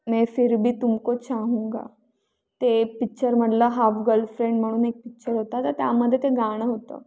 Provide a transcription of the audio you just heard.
मै फिर भी तुमको चाहूंगा ते पिच्चर म्हटलं हाफ गलफ्रेंड म्हणून एक पिच्चर होता तर त्यामध्ये ते गाणं होतं